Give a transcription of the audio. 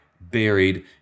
buried